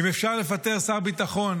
אם אפשר לפטר שר ביטחון